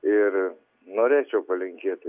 ir norėčiau palinkėti